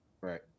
Right